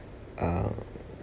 uh